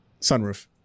sunroof